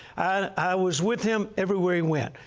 i was with him everywhere he went.